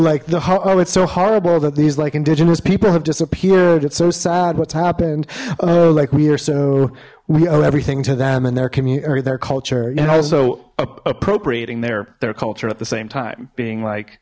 like the ho it's so horrible that these like indigenous people have disappeared it's so sad what's happened oh like we are so we owe everything to them and their community their culture and also appropriating their their culture at the same time being like